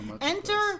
enter